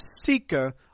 seeker